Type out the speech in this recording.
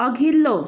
अघिल्लो